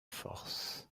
force